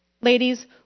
Ladies